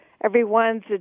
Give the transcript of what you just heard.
everyone's